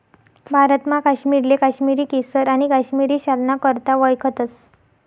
भारतमा काश्मीरले काश्मिरी केसर आणि काश्मिरी शालना करता वयखतस